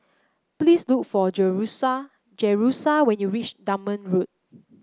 please look for Jerusha Jerusha when you reach Dunman Road